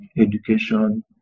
education